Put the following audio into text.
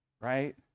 right